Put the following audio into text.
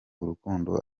urukundo